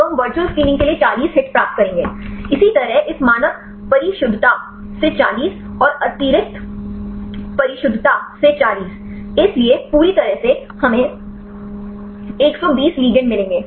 तो हम virtual screening के लिए 40 हिट प्राप्त करेंगे इसी तरह इस मानक परिशुद्धता से 40 और अतिरिक्त परिशुद्धता से 40 इसलिए पूरी तरह से हमें 120 लिगेंड मिलेंगे